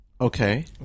Okay